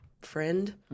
friend